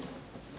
Hvala